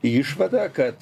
išvadą kad